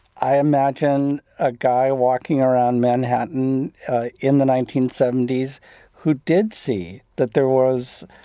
i imagine a guy walking around manhattan in the nineteen seventy s who did see that there was.